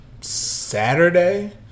Saturday